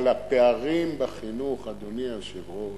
אבל הפערים בחינוך, אדוני היושב-ראש,